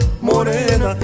morena